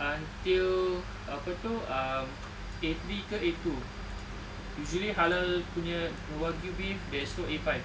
until apa tu um A three ke A two usually halal punya wagyu beef there's no A five